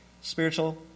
spiritual